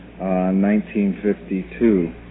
1952